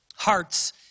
hearts